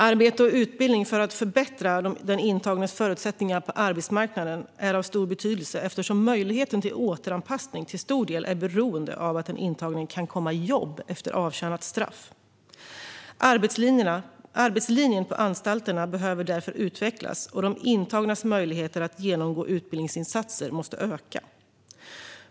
Arbete och utbildning för att förbättra den intagnes förutsättningar på arbetsmarknaden är av stor betydelse eftersom möjligheten till återanpassning till stor del är beroende av att den intagne kan komma i jobb efter avtjänat straff. Arbetslinjen på anstalterna behöver därför utvecklas, och de intagnas möjligheter att genomgå utbildningsinsatser måste öka.